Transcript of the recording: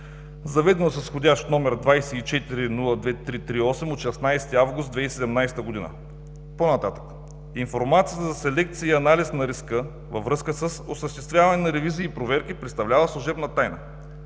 заведено с вх. № 24-02-338 от 16 август 2017 г. По-нататък: „Информация за селекция и анализ на риска, във връзка с осъществяване на ревизии и проверки, представлява служебна тайна.“